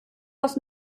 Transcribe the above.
was